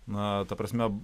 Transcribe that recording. na ta prasme